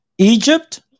Egypt